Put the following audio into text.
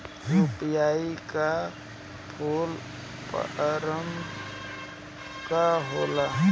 UPI का full form का होला?